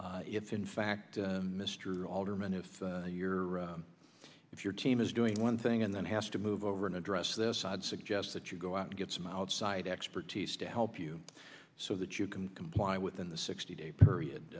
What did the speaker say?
years if in fact mr alderman if you're if your team is doing one thing and then has to move over and address this i'd suggest that you go out and get some outside expertise to help you so that you can comply within the sixty day period